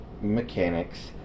mechanic's